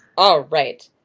all right.